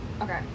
Okay